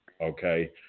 Okay